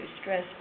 stress